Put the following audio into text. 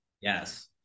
yes